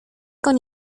con